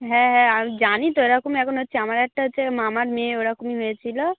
হ্যাঁ হ্যাঁ আমি জানি তো এরকম এখন হচ্ছে আমার একটা হচ্ছে মামার মেয়ে ওরকমই মেয়ে ছিলো